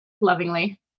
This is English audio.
lovingly